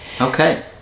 Okay